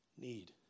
need